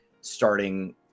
starting